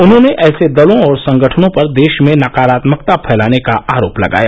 उन्होंने ऐसे दलों और संगठनों पर देश में नकारात्मकता फैलाने का आरोप लगाया